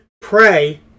pray